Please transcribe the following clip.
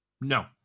No